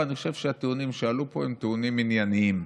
ואני חושב שהטיעונים שעלו פה הם טיעונים ענייניים